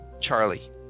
Charlie